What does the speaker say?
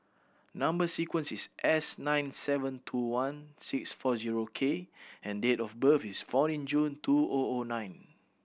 number sequence is S nine seven two one six four zero K and date of birth is fourteen June two O O nine